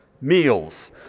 Meals